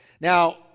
Now